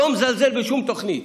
לא מזלזל בשום תוכנית,